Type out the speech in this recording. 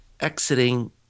exiting